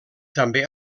també